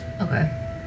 Okay